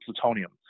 plutonium